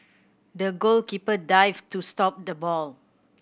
the goalkeeper dived to stop the ball